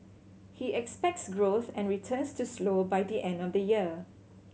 he expects growth and returns to slow by the end of the year